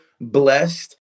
blessed